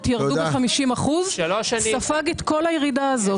ירדו ב-50% ספג את כל הירידה הזו.